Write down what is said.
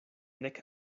nek